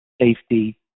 safety